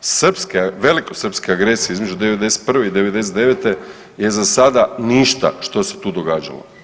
srpske, velikosrpske agresije između '91. i '99. je za sada ništa što se tu događalo.